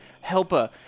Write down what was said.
helper